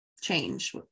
Change